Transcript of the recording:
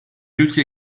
ülke